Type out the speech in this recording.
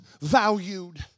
valued